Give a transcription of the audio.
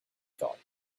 thought